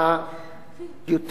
האמת שיש גם יותר מארבעה.